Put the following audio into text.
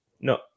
No